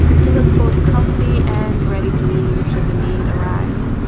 he looked both comfy and ready to leave. should the need arise.